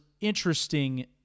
interesting